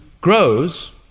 grows